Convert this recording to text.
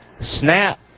snap